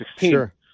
Sure